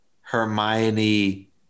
Hermione